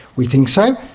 we think so.